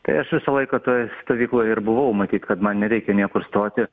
tai aš visą laiką toj stovykloj ir buvau matyt kad man nereikia niekur stoti